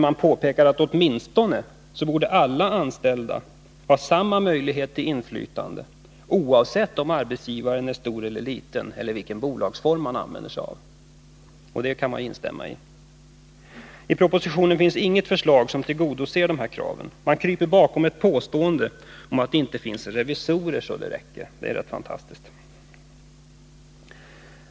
Man påpekar att åtminstone alla anställda borde ha samma möjlighet till inflytande oavsett om arbetsgivaren är stor eller liten och oavsett vilken bolagsform som används. Detta kan vi instämma i. I propositionen finns inget förslag som tillgodoser dessa krav. Man kryper bakom ett påstående om att det inte finns revisorer så det räcker. Det är rätt fantastiskt.